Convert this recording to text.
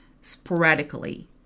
sporadically